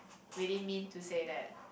we didn't mean to say that